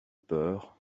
peur